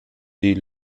sie